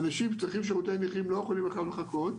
ואנשים שצריכים שירותי נכים לא יכולים בכלל לחכות,